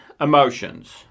emotions